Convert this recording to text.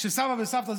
כשסבא וסבתא,